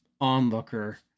onlooker